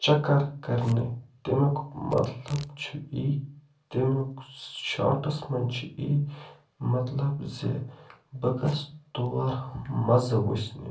چَکر کَرنہِ تمیُک مطلب چھُ یی تمیُک شاڑس منٛز چھُ یی مطلب زِ بہٕ گَژھہٕ تور مزٕ وُچھنہِ